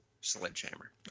Sledgehammer